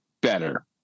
better